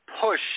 push